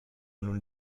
nun